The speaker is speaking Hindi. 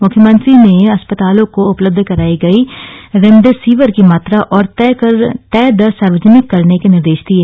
मुख्यमंत्री ने अस्पतालों को उपलब्ध कराई गई रेमडेसिवर की मात्रा और तय दर सार्वजनिक करने के निर्देश दिये